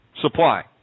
supply